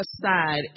aside